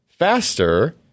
faster